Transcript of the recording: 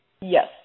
Yes